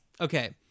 okay